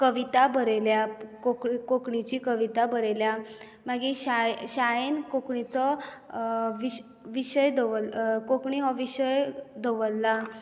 कविता बरयल्या कोंकणी कोंकणीची कविता बरयल्या मागीर शाळेन शाळेन कोंकणीचो विश विशय दवरला कोंकणी हो विशय दवरला